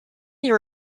your